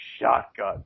shotgun